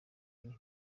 n’i